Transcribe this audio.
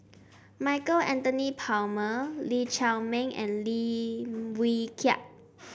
Michael Anthony Palmer Lee Chiaw Meng and Lim Wee Kiak